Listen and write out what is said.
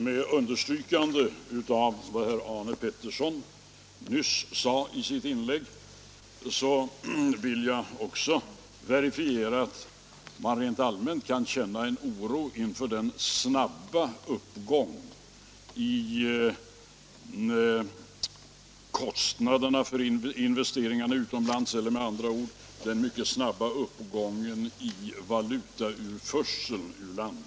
Med understrykande av vad herr Pettersson i Malmö nyss sade i sitt inlägg vill jag också verifiera att man rent allmänt kan känna en oro inför den snabba uppgången i kostnaderna för investeringarna utomlands — eller med andra ord den mycket snabba uppgången av valutautförseln ur landet.